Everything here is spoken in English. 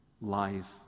life